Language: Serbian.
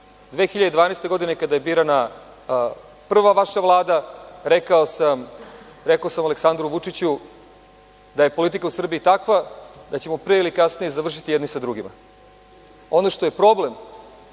2012, kada je birana prva vaša Vlada, rekao sam Aleksandru Vučiću da je politika u Srbiji takva da ćemo pre ili kasnije završiti jedni sa drugima. Ono što je problem